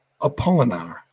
Apollinar